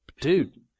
Dude